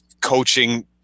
coaching